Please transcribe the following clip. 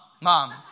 mom